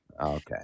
Okay